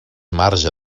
marge